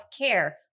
care